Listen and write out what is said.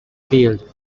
field